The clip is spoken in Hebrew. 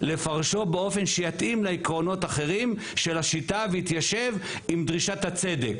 לפרשו באופן שיתאים לעקרונות אחרים של השיטה ויתיישב עם דרישת הצדק.